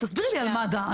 תסבירי לי על מד"א.